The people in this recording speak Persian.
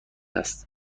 است